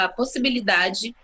possibilidade